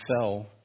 fell